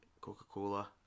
Coca-Cola